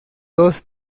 dos